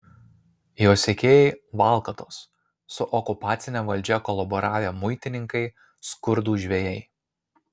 jo sekėjai valkatos su okupacine valdžia kolaboravę muitininkai skurdūs žvejai